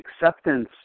acceptance